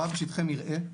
הוא רעה בשטחי מרעה,